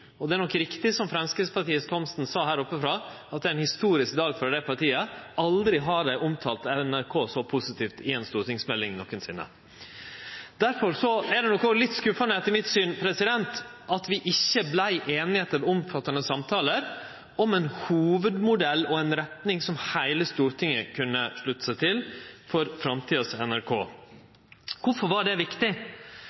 Og det er nok riktig, som Ib Thomsen frå Framstegspartiet sa her oppe, at det er ein historisk dag for det partiet: Aldri nokon sinne har dei omtala NRK så positivt i ei stortingsmelding. Difor er det nok òg litt skuffande, etter mitt syn, at vi ikkje vart einige – etter omfattande samtalar – om ein hovudmodell og ei retning for framtidas NRK som heile Stortinget kunne slutte seg til. Kvifor var det viktig? Jo, for